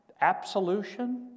absolution